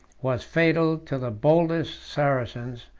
was fatal to the boldest saracens,